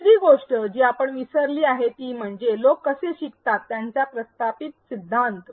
दुसरी गोष्ट जी आपण विसरली आहे ती म्हणजे लोक कसे शिकतात याचा प्रस्थापित सिद्धांत